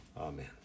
Amen